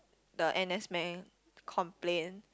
the N_S men complain